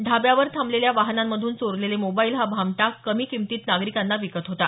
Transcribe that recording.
ढाब्यावर थांबलेल्या वाहनांमधून चोरलेले मोबाईल हा भामटा कमी किमतीत नागरिकांना विकत होता